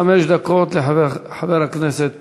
חמש דקות לחבר הכנסת